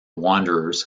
wanderers